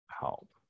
help